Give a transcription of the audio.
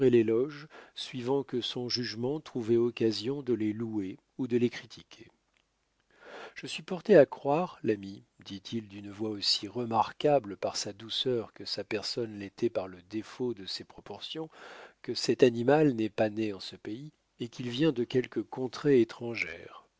l'éloge suivant que son jugement trouvait occasion de les louer ou de les critiquer je suis porté à croire l'ami dit-il d'une voix aussi remarquable par sa douceur que sa personne l'était par le défaut de ses proportions que cet animal n'est pas né en ce pays et qu'il vient de quelque contrée étrangère